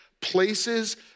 places